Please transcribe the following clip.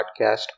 Podcast